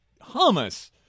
hummus